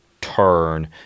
turn